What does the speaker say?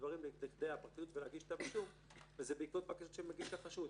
הדברים לידי הפרקליטות ולהגיש כתב אישום וזה בעקבות בקשות שמגיש החשוד.